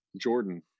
Jordan